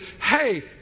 hey